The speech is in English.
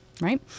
right